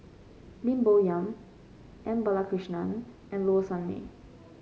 Lim Bo Yam M Balakrishnan and Low Sanmay